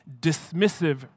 dismissive